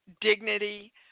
dignity